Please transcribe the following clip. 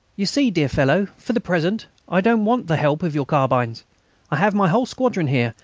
you see, dear fellow, for the present i don't want the help of your carbines i have my whole squadron here,